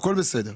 הכל בסדר.